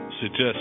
suggest